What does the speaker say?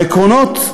העקרונות,